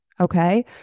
Okay